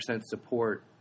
support